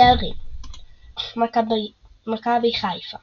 תארים מכבי חיפה